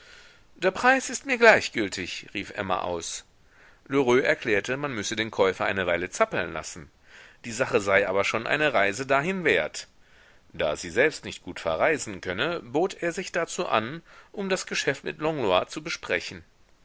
der preis ist mir gleichgültig rief emma aus lheureux erklärte man müsse den käufer eine weile zappeln lassen die sache sei aber schon eine reise dahin wert da sie selbst nicht gut verreisen könne bot er sich dazu an um das geschäft mit langlois zu besprechen